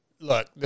look